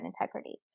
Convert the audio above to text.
integrity